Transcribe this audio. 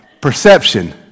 perception